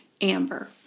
Amber